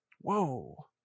Whoa